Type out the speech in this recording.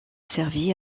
servi